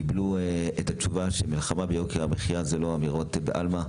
קיבלו את התשובה שמלחמה ביוקר המחיה זה לא אמירות בעלמא.